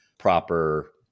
proper